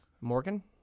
Morgan